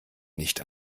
nicht